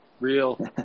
Real